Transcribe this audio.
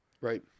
Right